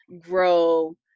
grow